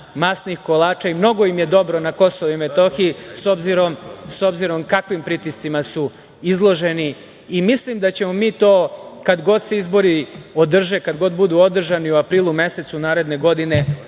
masnih kolača, pa im je mnogo dobro na Kosovu i Metohiji, s obzirom kakvim pritiscima su izloženi. Mislim da ćemo mi to, kad god se izbori održe, kad god budu održani, u aprilu mesecu naredne godine,